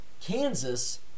Kansas